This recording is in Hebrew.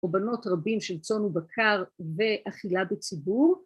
‫או בנות רבים של צאן ובקר ‫ואכילה בציבור.